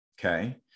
Okay